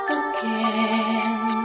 again